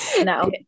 No